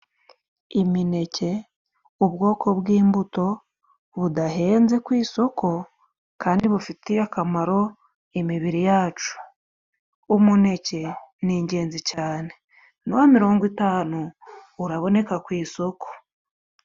Imineke ubwoko bw'imbuto budahenze ku isoko kandi bufitiye akamaro imibiri yacu, umuneke ni ingenzi cane n'uwa mirongo itanu uraboneka ku isoko.